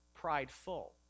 prideful